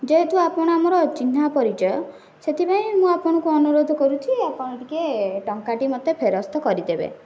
ଯେହେତୁ ଆପଣ ଆମର ଚିହ୍ନା ପରିଚୟ ସେଥିପାଇଁ ମୁଁ ଆପଣଙ୍କୁ ଅନୁରୋଧ କରୁଛି ଆପଣ ଟିକେ ଟଙ୍କାଟି ମୋତେ ଫେରସ୍ତ କରିଦେବେ